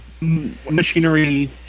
machinery